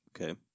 Okay